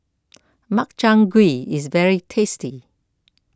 Makchang Gui is very tasty